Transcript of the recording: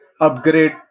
upgrade